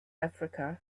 africa